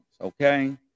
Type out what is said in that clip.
Okay